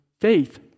faith